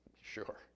Sure